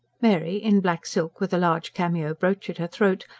mary, in black silk with a large cameo brooch at her throat,